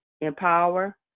empower